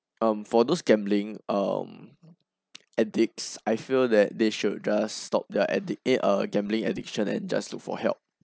um for those gambling um addicts I feel that they should just stop there at the end uh gambling addiction and just look for help